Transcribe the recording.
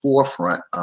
forefront